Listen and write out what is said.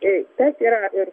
tas yra ir